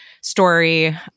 story